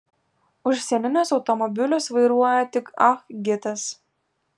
užsieninius automobilius vairuoja tik ah gitas